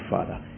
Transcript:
Father